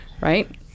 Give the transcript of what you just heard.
right